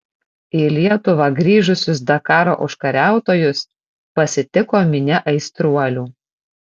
į lietuvą grįžusius dakaro užkariautojus pasitiko minia aistruolių